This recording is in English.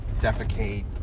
defecate